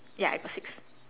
ya I got six